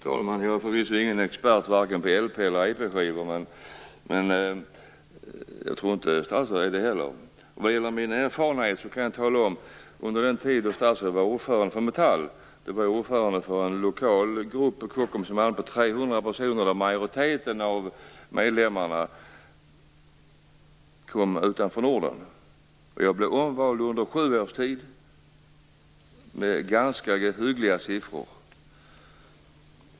Fru talman! Jag är förvisso ingen expert på vare sig LP eller EP-skivor, men jag tror inte heller att statsrådet är det. Vad gäller mina erfarenheter kan jag tala om att under den tid när statsrådet var ordförande i Metall var jag ordförande för en lokal grupp om 300 personer på Kockums, varav majoriteten kom från länder utanför Norden. Jag blev under sju års tid omvald med ganska hyggliga siffror.